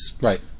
Right